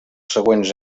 següents